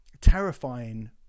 terrifying